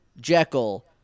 Jekyll